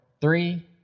three